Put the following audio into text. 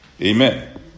Amen